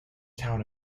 town